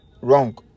wrong